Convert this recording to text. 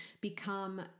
become